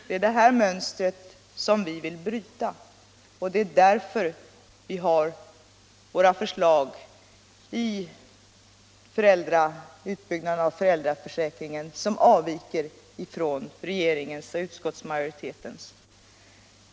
Det är det här mönstret som vi vill bryta, och därför avviker våra förslag när det gäller utbyggnaden av föräldraförsäkringen från regeringens och utskottsmajoritetens.